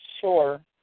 sure